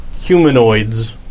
humanoids